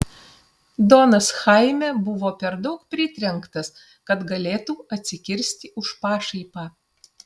donas chaime buvo per daug pritrenktas kad galėtų atsikirsti už pašaipą